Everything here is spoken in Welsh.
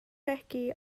regi